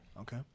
okay